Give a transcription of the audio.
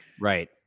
Right